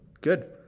good